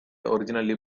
originally